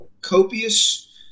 copious